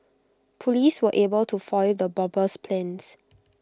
Police were able to foil the bomber's plans